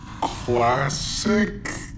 classic